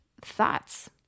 thoughts